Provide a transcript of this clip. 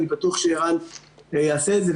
אני בטוח שערן יעשה את זה.